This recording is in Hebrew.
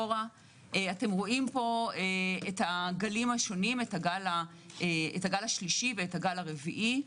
אתם רואים את הגלים השונים את הגל השלישי ואת הגל הרביעי.